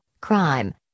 crime